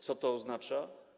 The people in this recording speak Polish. Co to oznacza?